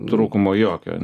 trūkumo jokio